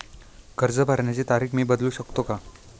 कर्ज भरण्याची तारीख मी बदलू शकतो का?